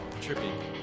Trippy